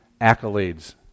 accolades